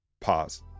Pause